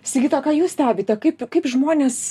sigita o ką jūs stebite kaip kaip žmonės